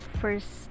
first